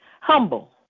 humble